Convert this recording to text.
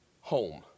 home